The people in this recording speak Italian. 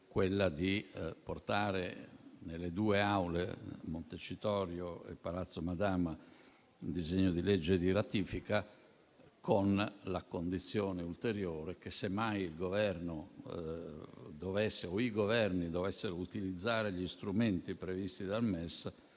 ossia portare nelle due Aule di Montecitorio e Palazzo Madama un disegno di legge di ratifica con l'ulteriore condizione che, se mai il Governo o i Governi dovessero utilizzare gli strumenti previsti dal MES,